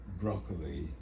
broccoli